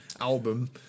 album